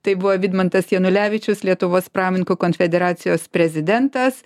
tai buvo vidmantas janulevičius lietuvos pramonininkų konfederacijos prezidentas